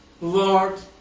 Lord